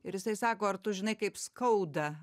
ir jisai sako ar tu žinai kaip skauda